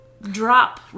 Drop